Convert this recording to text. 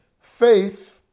faith